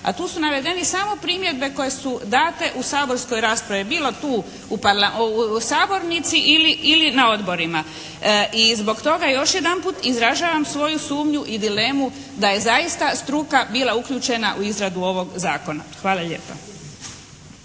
a tu su navedeni samo primjedbe koje su date u saborskoj raspravi bilo tu u sabornici ili na odborima. I zbog toga još jedanput izražavam svoju sumnju i dilemu da je zaista struka bila uključena u izradu ovog zakona. Hvala lijepa.